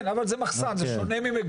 כן, אבל זה מחסן, זה שונה ממגורים.